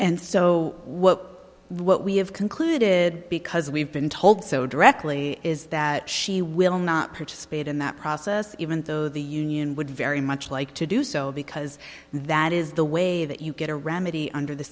and so what what we have concluded because we've been told so directly is that she will not participate in that process even though the union would very much like to do so because that is the way that you get a remedy under the